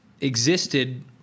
existed